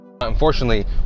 Unfortunately